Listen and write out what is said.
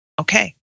Okay